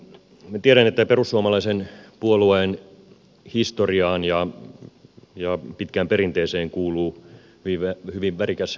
minä tiedän että perussuomalaisen puolueen historiaan ja pitkään perinteeseen kuuluu hyvin värikäs retoriikka